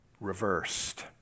reversed